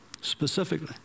specifically